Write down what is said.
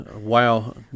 wow